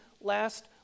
last